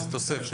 תוספת.